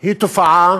היא תופעה